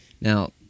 Now